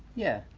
yeah.